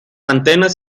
antenas